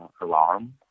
alarm